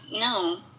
no